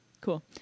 Cool